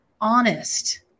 honest